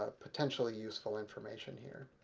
ah potentially useful information here.